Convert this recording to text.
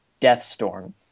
Deathstorm